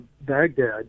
Baghdad